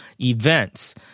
events